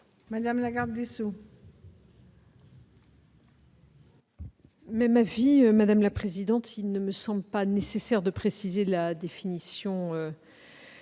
Madame la garde des sceaux,